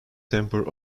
temper